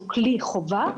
שהוא כלי חובה,